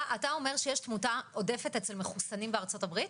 אתה אומר שיש תמותה עודפת אצל מחוסנים בארצות הברית?